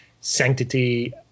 sanctity